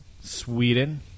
Sweden